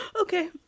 Okay